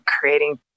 creating